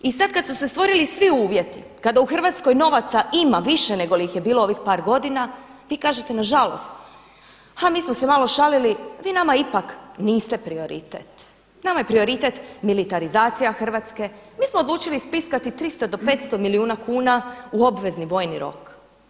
I sada kada su se stvorili svi uvjeti, kada u Hrvatskoj novaca ima više nego li ih je bilo ovih par godina, vi kažete nažalost, ha mi smo se malo šalili, vi nama ipak niste prioritet, nama je prioritet militarizacija Hrvatske, mi smo odlučili spiskati 300 do 500 milijuna kuna u obvezni vojni rok.